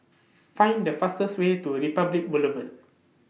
Find The fastest Way to Republic Boulevard